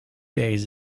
days